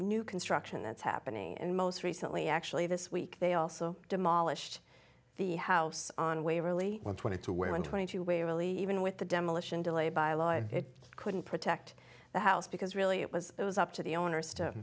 new construction that's happening and most recently actually this week they also demolished the house on waverly one twenty two went twenty two way really even with the demolition delay by lloyd it couldn't protect the house because really it was it was up to the owners to